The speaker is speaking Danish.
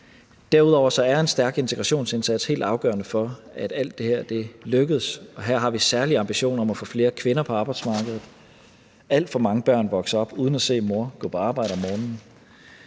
Derudover er en stærk integrationsindsats helt afgørende for, at alt det her lykkes, og her har vi særlig en ambition om at få flere kvinder på arbejdsmarkedet. Alt for mange børn vokser op uden at se mor gå på arbejde om morgenen.